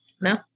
No